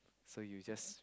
so you just